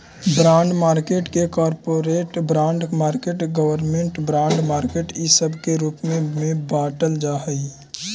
bond market के corporate bond market government bond market इ सब के रूप में बाटल जा हई